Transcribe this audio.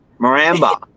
Maramba